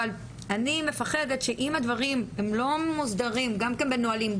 אבל אני מפחדת שהדברים הם לא מוסדרים גם בנהלים.